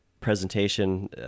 presentation